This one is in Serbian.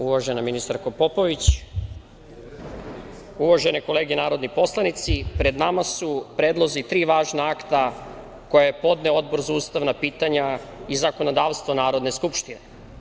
Uvažena ministarko Popović, uvažene kolege narodni poslanici, pred nama su predlozi tri važna akta koja je podneo Odbor za ustavna pitanja i zakonodavstvo Narodne skupštine.